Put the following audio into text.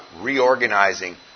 reorganizing